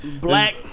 Black